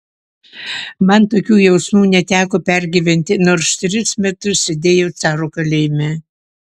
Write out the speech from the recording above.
man tokių jausmų neteko pergyventi nors tris metus sėdėjau caro kalėjime